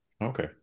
okay